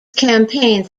campaigns